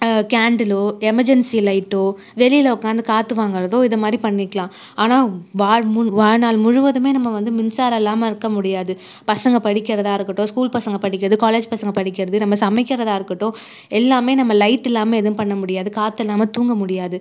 கேண்டிலோ emergency லைட்டோ வெளியில் உட்கார்ந்து காற்று வாங்குறதோ இதை மாதிரி பண்ணிக்கலாம் ஆனால் வாழ் மு வாழ்நாள் முழுவதுமே நம்ம வந்து மின்சாரம் இல்லாமல் இருக்க முடியாது பசங்க படிக்கிறதாக இருக்கட்டும் ஸ்கூல் பசங்க படிக்கிறது காலேஜ் பசங்க படிக்கிறது நம்ம சமைக்கிறதாக இருக்கட்டும் எல்லாமே நம்ம லைட் இல்லாமல் எதுவும் பண்ண முடியாது காற்று இல்லாமல் தூங்க முடியாது